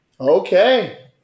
Okay